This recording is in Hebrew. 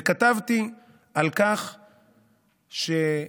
וכתבתי על כך שבחוק,